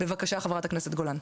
בבקשה, חברת הכנסת גולן.